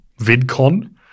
VidCon